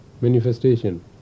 manifestation